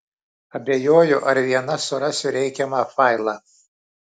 abejoju ar viena surasiu reikiamą failą